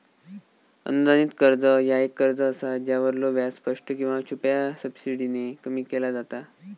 अनुदानित कर्ज ह्या एक कर्ज असा ज्यावरलो व्याज स्पष्ट किंवा छुप्या सबसिडीने कमी केला जाता